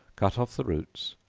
cut off the roots,